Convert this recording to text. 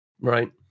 Right